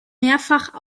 mehrfach